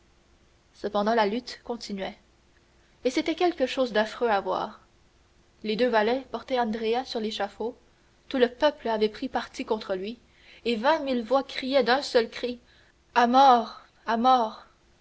cependant la lutte continuait et c'était quelque chose d'affreux à voir les deux valets portaient andrea sur l'échafaud tout le peuple avait pris parti contre lui et vingt mille voix criaient d'un seul cri à mort à mort